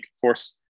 force